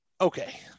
okay